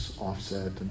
offset